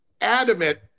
adamant